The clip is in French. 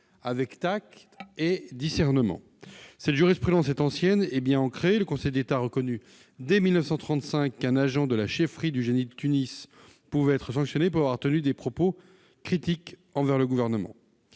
avec tact et discernement. Cette jurisprudence est ancienne et bien ancrée. Le Conseil d'État a reconnu, dès 1935, qu'un agent de la chefferie du génie de Tunis pouvait être sanctionné pour avoir tenu des propos critiques envers le Gouvernement.